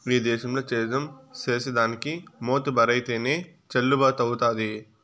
ఈ దేశంల సేద్యం చేసిదానికి మోతుబరైతేనె చెల్లుబతవ్వుతాది